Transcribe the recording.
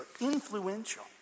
influential